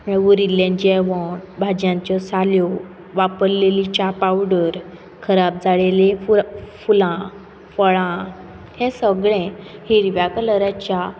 उरिल्लें जेवण भाजयांच्यो साल्यो वापरलेली च्या पावडर खराब जालेली फू फुलां फळां हें सगळें हिरव्या कलराच्या